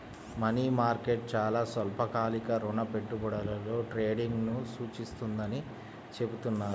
money market చాలా స్వల్పకాలిక రుణ పెట్టుబడులలో ట్రేడింగ్ను సూచిస్తుందని చెబుతున్నారు